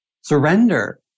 surrender